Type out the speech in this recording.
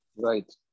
Right